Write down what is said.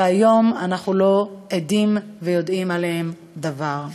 והיום אנחנו לא יודעים עליהם דבר,